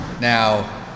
Now